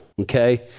okay